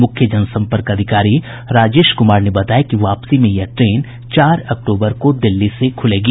मुख्य जनसंपर्क अधिकारी राजेश कुमार ने बताया कि वापसी में यह ट्रेन चार अक्टूबर को दिल्ली से खुलेगी